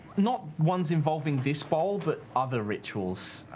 not ones involving this bowl. but other rituals.